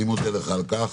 אני מודה לך על כך